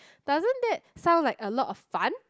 doesn't that sound like a lot of fun